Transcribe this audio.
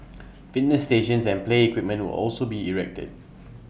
fitness stations and play equipment will also be erected